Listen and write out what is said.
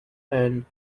and